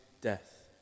death